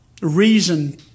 reason